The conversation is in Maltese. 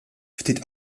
ftit